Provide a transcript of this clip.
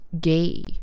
gay